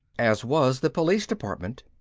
as was the police department.